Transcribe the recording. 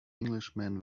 englishman